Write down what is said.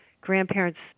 grandparents